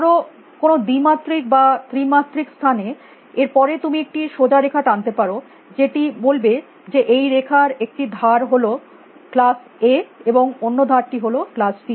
ধর কোনো দ্বিমাত্রিক বা ত্রিমাত্রিক স্থানে এর পরে তুমি একটি সোজা রেখা টানতে পারো যেটি বলবে যে এই রেখার একটি ধার হল ক্লাস এ এবং অনি ধারটি হন ক্লাস বি